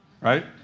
Right